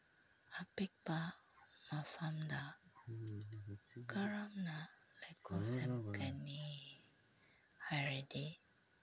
ꯑꯄꯤꯛꯄ ꯃꯐꯝꯗ ꯀꯔꯝꯅ ꯂꯩꯀꯣꯜ ꯁꯦꯝꯒꯅꯤ ꯍꯥꯏꯔꯗꯤ